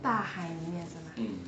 大海里面是吗